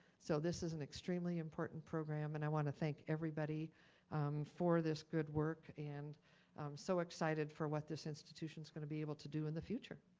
so this is an extremely important program and i wanna thank everybody for this good work and so excited for what this institution's gonna be able to do in the future.